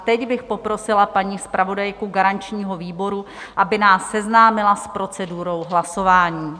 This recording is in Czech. Teď bych poprosila paní zpravodajku garančního výboru, aby nás seznámila s procedurou hlasování.